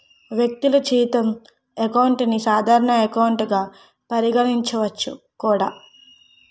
వ్యక్తులు జీతం అకౌంట్ ని సాధారణ ఎకౌంట్ గా పరిగణించవచ్చు కూడా